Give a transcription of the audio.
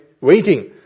waiting